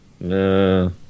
No